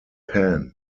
pan